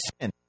sin